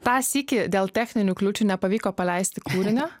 tą sykį dėl techninių kliūčių nepavyko paleisti kūrinio